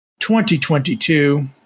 2022